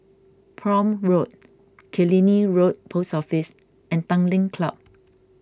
Prome Road Killiney Road Post Office and Tanglin Club